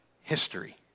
history